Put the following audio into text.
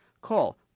Call